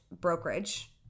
brokerage